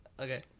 Okay